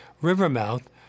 Rivermouth